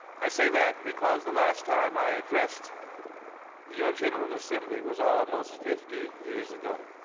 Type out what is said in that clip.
i say that because the last time i addressed your general assembly was almost fifty years ago.